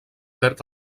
perd